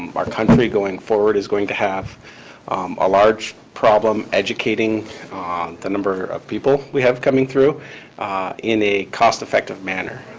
our country, going forward, is going to have a large problem educating the number of people we have coming through in a cost effective manner.